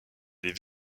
les